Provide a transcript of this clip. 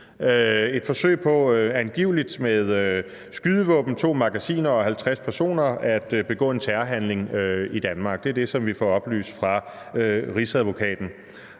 et forsøg på angiveligt med skydevåben, to magasiner og 50 patroner at begå en terrorhandling i Danmark. Det er det, som vi får oplyst fra Rigsadvokaten.